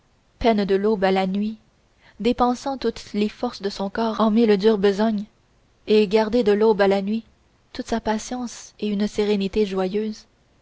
peiner de l'aube à la nuit dépensant toutes les forces de son corps en mille dures besognes et garder de l'aube à la nuit toute sa patience et une sérénité joyeuse